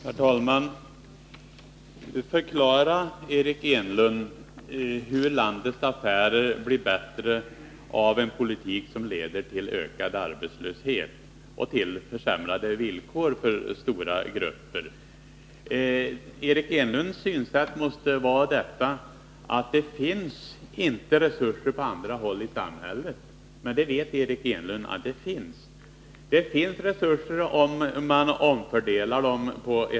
Herr talman! Förklara, Eric Enlund, hur landets affärer blir bättre av en politik som leder till ökad arbetslöshet och till försämrade villkor för stora grupper! Eric Enlunds synsätt måste vara att det inte finns resurser på andra håll i samhället. Men Eric Enlund vet att resurser finns — det gäller bara att omfördela dem.